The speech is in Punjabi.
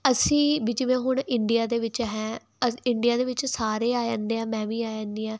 ਅਸੀਂ ਵੀ ਜਿਵੇਂ ਹੁਣ ਇੰਡੀਆ ਦੇ ਵਿੱਚ ਹਾਂ ਇੰਡੀਆ ਦੇ ਵਿੱਚ ਸਾਰੇ ਆ ਜਾਂਦੇ ਆ ਮੈਂ ਵੀ ਆ ਜਾਂਦੀ ਹਾਂ